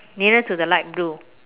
nearer to the light blue